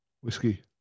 Whiskey